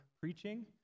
preaching